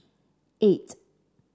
eight